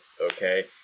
okay